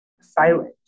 silent